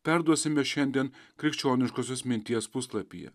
perduosime šiandien krikščioniškosios minties puslapyje